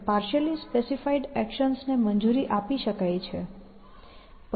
partially specified actions ને મંજૂરી આપી શકાય છે